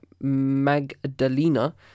Magdalena